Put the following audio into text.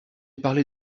parlé